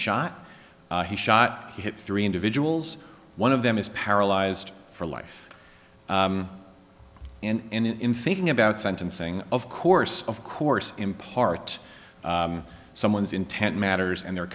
shot he shot hit three individuals one of them is paralyzed for life and in thinking about sentencing of course of course in part someone's intent matters and their